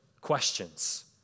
questions